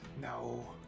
No